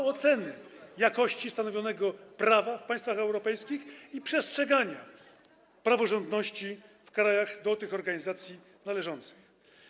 w ocenie jakości stanowionego prawa w państwach europejskich i przestrzegania praworządności w krajach do tych organizacji należących.